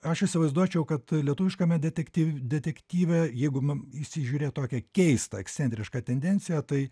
aš įsivaizduočiau kad lietuviškame detekty detektyve jeigu mum įsižiūrėt tokią keistą ekscentrišką tendenciją tai